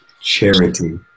charity